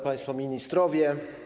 Państwo Ministrowie!